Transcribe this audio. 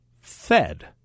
fed